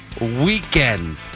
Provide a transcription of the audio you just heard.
Weekend